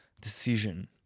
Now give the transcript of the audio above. decision